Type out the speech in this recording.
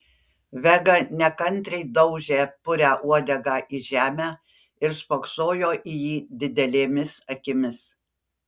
vega nekantriai daužė purią uodegą į žemę ir spoksojo į jį didelėmis akimis